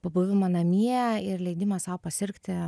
pabuvimą namie ir leidimą sau pasirgti